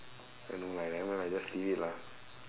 I mean like never mind lah just leave it lah